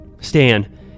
Stan